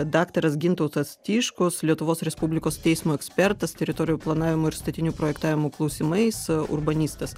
daktaras gintautas tiškus lietuvos respublikos teismo ekspertas teritorijų planavimo ir statinių projektavimo klausimais urbanistas